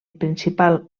principal